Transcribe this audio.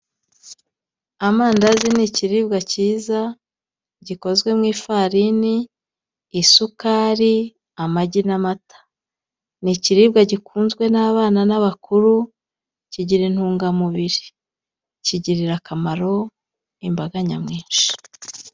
Amandazi ni ikiribwa kiza gikozwe mu ifarini, isukari, amagi n'amata ni ikiribwa gikunzwe n'abana n'abakuru, kigira intungamubiri kigirira akamaro imbaga nyamwinshi